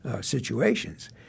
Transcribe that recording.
situations